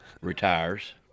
retires